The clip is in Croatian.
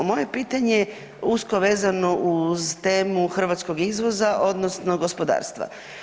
Moje pitanje je usko vezano uz temu hrvatskog izvoza, odnosno gospodarstva.